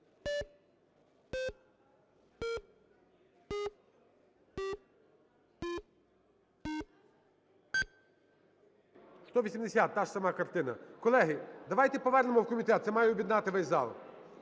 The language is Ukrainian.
За-180 Та ж сама картина. Колеги, давайте повернемо в комітет, це має об'єднати весь зал.